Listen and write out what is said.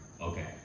Okay